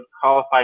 qualify